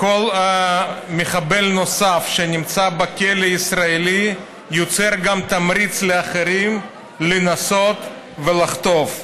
כל מחבל נוסף שנמצא בכלא הישראלי יוצר גם תמריץ לאחרים לנסות ולחטוף.